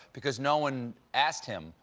because no one asked him.